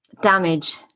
damage